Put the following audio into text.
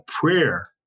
prayer